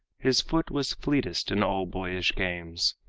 his foot was fleetest in all boyish games,